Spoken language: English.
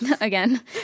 again